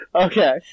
Okay